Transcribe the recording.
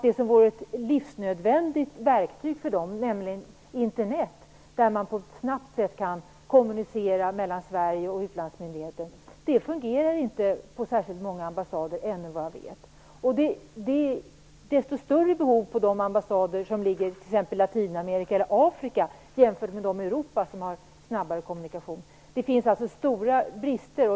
Det som vore ett livsnödvändigt verktyg för dem, nämligen Internet, där man på ett snabbt sätt kan kommunicera mellan Sverige och utlandsmyndigheten, fungerar ännu inte på särskilt många ambassader, vad jag vet. Det är desto större behov på de ambassader som ligger i t.ex. Latinamerika eller Afrika jämfört med de i Europa, som har snabbare kommunikation. Det finns alltså stora brister.